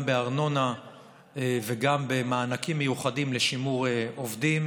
גם בארנונה וגם במענקים מיוחדים לשימור עובדים